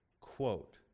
Quote